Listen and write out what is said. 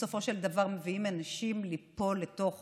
בסופו של דבר מביאים אנשים ליפול לתוך